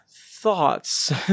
thoughts